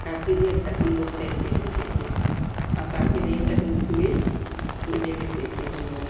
काफी देर तक हम लोग तैरते रहते थे काफी देर तक उसमें मज़े लेते थे हम लोग